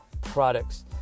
products